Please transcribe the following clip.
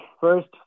first